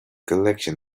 collection